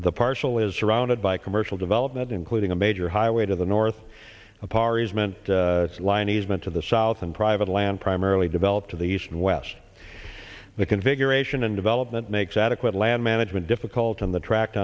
the partial is surrounded by commercial development including a major highway to the north a power easement line easement to the south and private land primarily developed to the east and west the configuration and development makes adequate land management difficult on the track